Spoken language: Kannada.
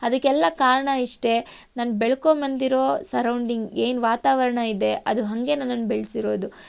ಅದಕ್ಕೆಲ್ಲ ಕಾರಣ ಇಷ್ಟೇ ನಾನು ಬೆಳ್ಕೊಂಡು ಬಂದಿರೋ ಸರ್ರೌಂಡಿಂಗ್ ಏನು ವಾತಾವರಣ ಇದೆ ಅದು ಹಾಗೇ ನನ್ನನ್ನು ಬೆಳೆಸಿರೋದು